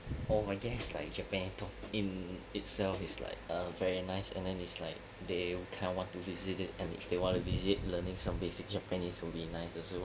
oh my gang is like japan in itself is like a very nice and then is like they kind of want to visit it and if they want to visit learning some basic japanese will be nice also